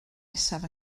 nesaf